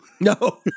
no